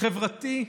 חברתי קרן,